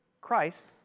Christ